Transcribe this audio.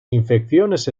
infecciones